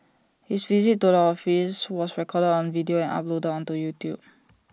his visit to the office was recorded on video and uploaded onto YouTube